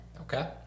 Okay